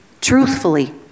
truthfully